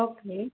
okay